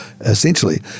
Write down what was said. essentially